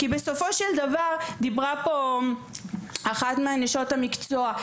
דיברה פה אחת מנשות המקצוע,